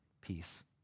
peace